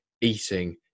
eating